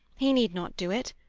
he need not do it.